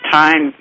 time